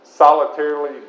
solitarily